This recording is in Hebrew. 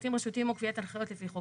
מפרטים רשותיים או קביעת הנחיות לפי חוק